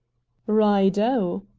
right ho!